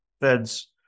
Fed's